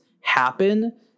happen